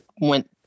went